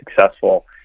successful